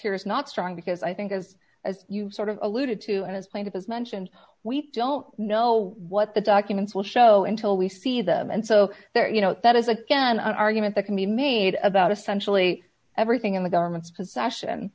here is not strong because i think as as you sort of alluded to and as plaintiff has mentioned we don't know what the documents will show until we see them and so there you know that is again an argument that can be made about essentially everything in the government's possession